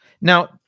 Now